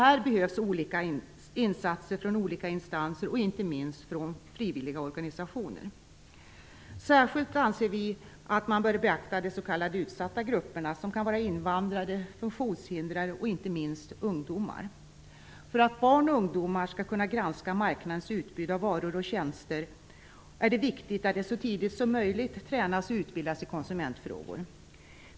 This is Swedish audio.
Här behövs olika insatser från olika instanser och inte minst från frivilliga organisationer. Särskilt anser vi att man bör beakta de s.k. utsatta grupperna, som kan vara invandrare, funktionshindrade och inte minst ungdomar. För att barn och ungdomar skall kunna granska marknadens utbud av varor och tjänster är det viktigt att de så tidigt som möjligt tränas och utbildas i konsumentfrågor.